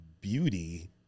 beauty